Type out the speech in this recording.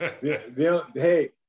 Hey